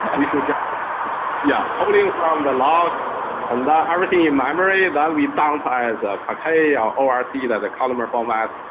and we should just yeah, polling from the log and that everything in memory and that we dump as ah parquet, um or see that the columnar format.